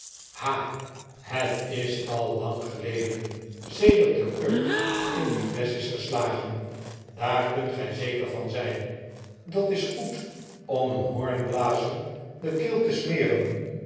ha het is al lang geleden sedert de kurk in die flesch is gestagen daar kunt gij zeker van zijn dat is goed om een hoornblazer de keel te smeren